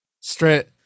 Straight